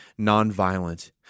nonviolent